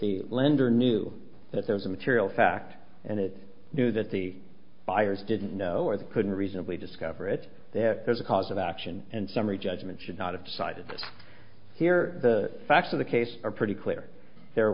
the lender knew that there was a material fact and it knew that the buyers didn't know or they couldn't reasonably discover it that there's a cause of action and summary judgment should not have decided here the facts of the case are pretty clear there